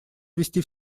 ввести